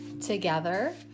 Together